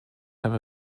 have